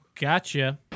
Gotcha